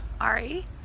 Ari